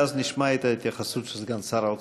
ואז נשמע את ההתייחסות של סגן שר האוצר.